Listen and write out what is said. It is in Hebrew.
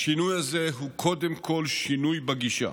הוא קודם כול שינוי בגישה,